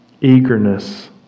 eagerness